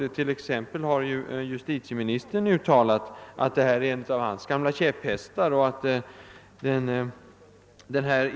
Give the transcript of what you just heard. Så har t.ex. justitieministern i TCO-tidningen sagt följande: >Tanken på en längre sammanhängande ledighet är en av mina gamla käpphästar.